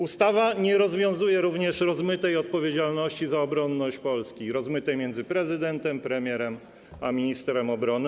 Ustawa nie rozwiązuje również rozmytej odpowiedzialności za obronność Polski, rozmytej między prezydentem, premierem a ministrem obrony.